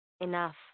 Enough